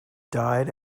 died